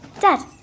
Dad